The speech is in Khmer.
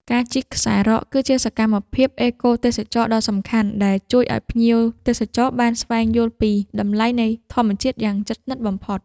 ការជិះខ្សែរ៉ក គឺជាសកម្មភាពអេកូទេសចរណ៍ដ៏សំខាន់ដែលជួយឱ្យភ្ញៀវទេសចរបានស្វែងយល់ពីតម្លៃនៃធម្មជាតិយ៉ាងជិតស្និទ្ធបំផុត។